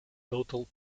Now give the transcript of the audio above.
total